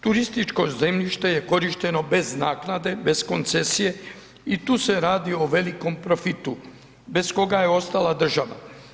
Turističko zemljište je korišteno bez naknade, bez koncesije i tu se radi o velikom profitu bez koga je ostala država.